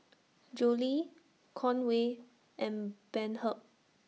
Julie Conway and Bernhard